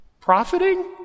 Profiting